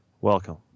Welcome